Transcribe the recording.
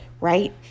Right